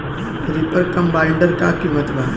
Reaper कम्बाइंडर का किमत बा?